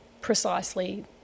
precisely